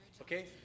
okay